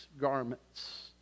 garments